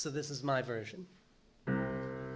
so this is my version